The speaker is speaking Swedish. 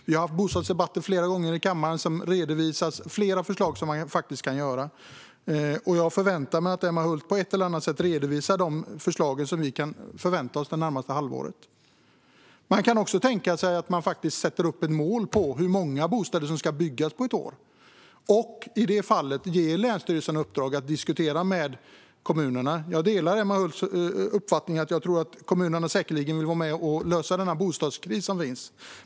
Vi har haft bostadsdebatter flera gånger tidigare här i kammaren och redovisat flera förslag på vad man kan göra. Jag förväntar mig att Emma Hult på ett eller annat sätt redovisar de förslag vi kan förvänta oss det närmaste halvåret. Man kan också sätta upp mål för hur många bostäder som ska byggas på ett år och i det fallet ge länsstyrelserna i uppdrag att diskutera med kommunerna. Jag delar Emma Hults uppfattning - jag tror att kommunerna säkerligen vill vara med och lösa den bostadskris som råder.